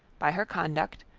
by her conduct,